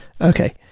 Okay